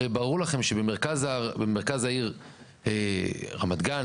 הרי ברור לכם שבמרכז העיר רמת גן,